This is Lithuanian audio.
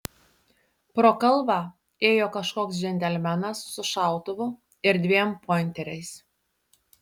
pro kalvą ėjo kažkoks džentelmenas su šautuvu ir dviem pointeriais